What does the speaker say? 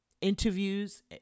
interviews